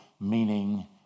meaning